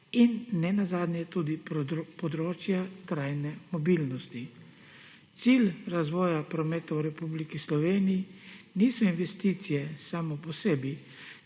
in nenazadnje tudi področja trajne mobilnosti. Cilj razvoja prometa v Republiki Sloveniji niso investicije same po sebi,